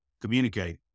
communicate